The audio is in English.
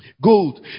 Gold